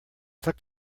tuck